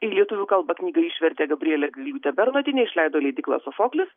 į lietuvių kalbą išvertė gabrielė gailiūtė bernotienė išleido leidykla sofoklis